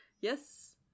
Yes